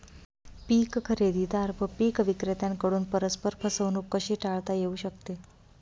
पीक खरेदीदार व पीक विक्रेत्यांकडून परस्पर फसवणूक कशी टाळता येऊ शकते?